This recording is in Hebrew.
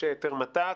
מבקשי היתר מת"ק,